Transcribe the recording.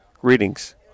greetings